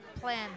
plan